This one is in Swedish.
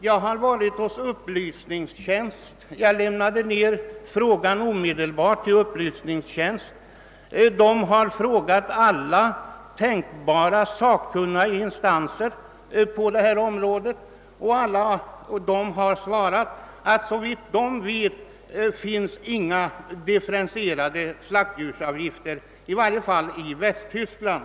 Jag har anlitat riksdagens upplysningstjänst för att ta reda på hur härmed förhåller sig, och upplysningstjänsten har frågat alla tänkbara sakkunniga instanser, men alla har svarat att såvitt de vet tillämpas ingenstans differentierade slaktdjursavgifter, i varje fall inte i Västtyskland.